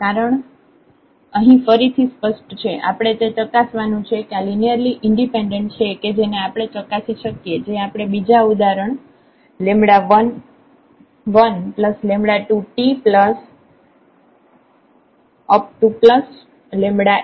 કારણ અહીં ફરીથી સ્પષ્ટ છે આપણે તે ચકાસવાનું છે કે આ લિનિયરલી ઈન્ડિપેન્ડેન્ટ છે કે જેને આપણે ચકાસી શકીએ જે આપણે બીજા ઉદાહરણ 112tntn માટે પણ કરી શકીએ